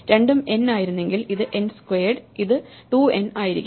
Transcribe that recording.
രണ്ടും n ആയിരുന്നെങ്കിൽ ഇത് n സ്ക്വയർഡ് ഇത് 2n ആയിരിക്കും